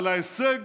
על ההישג